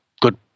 good